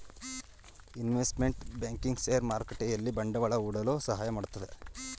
investment banking share ಮಾರುಕಟ್ಟೆಯಲ್ಲಿ ಬಂಡವಾಳ ಹೂಡಲು ಸಹಾಯ ಮಾಡುತ್ತೆ